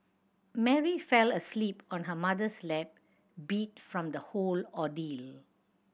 Mary fell asleep on her mother's lap beat from the whole ordeal